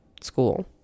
school